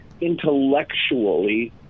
intellectually